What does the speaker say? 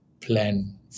plan